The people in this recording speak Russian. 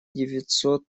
девятьсот